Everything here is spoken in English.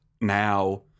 now